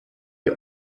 die